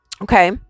Okay